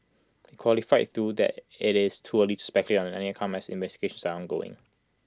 he qualified through that IT is too early to speculate on any outcome as investigations are ongoing